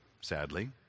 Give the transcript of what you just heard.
sadly